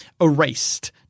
erased